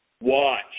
Watch